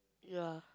ya